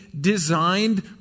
designed